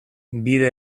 bide